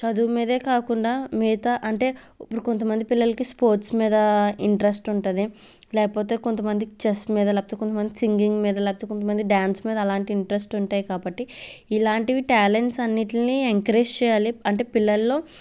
చదువు మీదే కాకుండా మిగతా అంటే ఇప్పుడు కొంతమంది పిల్లలకి స్పోర్ట్స్ మీద ఇంట్రెస్ట్ ఉంటుంది లేకపోతే కొంతమందికి చెస్ మీద లేకపోతే కొంతమందికి సింగింగ్ మీద లేకపోతే కొంతమందికి డాన్స్ మీద అలాంటి ఇంట్రెస్ట్ ఉంటాయి కాబట్టి ఇలాంటివి టాలెంట్స్ అన్నిటిని ఎంకరేజ్ చేయాలి అంటే పిల్లల్లో